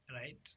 right